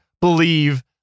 believe